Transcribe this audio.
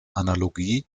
analogie